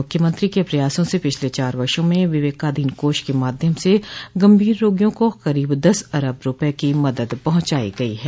मुख्यमंत्री के प्रयासों से पिछले चार वर्षो में विवेकाधीन कोष के माध्यम स गंभीर रोगियों को करीब दस अरब रूपये की मदद पहुंचाई गई है